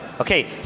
Okay